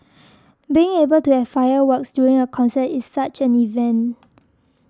being able to have fireworks during a concert is such an event